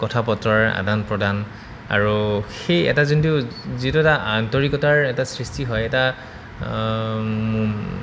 কথা বাৰ্তাৰ আদান প্ৰদান আৰু সেই এটা যোনটো যিটো এটা আন্তৰিকতাৰ এটা সৃষ্টি হয় এটা